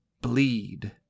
bleed